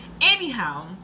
Anyhow